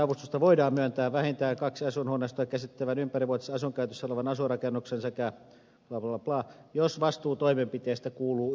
avustusta voidaan myöntää vähintään kaksi asuinhuoneistoa käsittävän ympärivuotisen asuinkäytössä olevan asuinrakennuksen sekä jos vastuu toimenpiteestä kuuluu yhteisölle